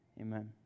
amen